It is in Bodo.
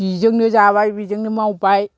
बिजोंनो जाबाय बिजोंनो मावबाय